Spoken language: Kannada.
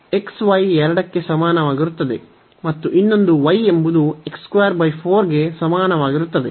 xy 2 ಕ್ಕೆ ಸಮಾನವಾಗಿರುತ್ತದೆ ಮತ್ತು ಇನ್ನೊಂದು y ಎಂಬುದು ಗೆ ಸಮಾನವಾಗಿರುತ್ತದೆ